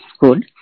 good